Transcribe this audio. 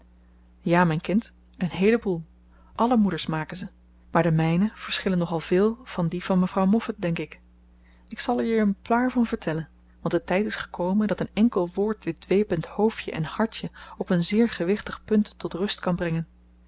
ja mijn kind een heele boel alle moeders maken ze maar de mijne verschillen nogal veel van die van mevrouw moffat denk ik ik zal er je een paar van vertellen want de tijd is gekomen dat een enkel woord dit dwepend hoofdje en hartje op een zeer gewichtig punt tot rust kan brengen